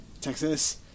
Texas